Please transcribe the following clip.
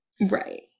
Right